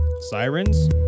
Sirens